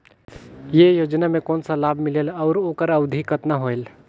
ये योजना मे कोन ला लाभ मिलेल और ओकर अवधी कतना होएल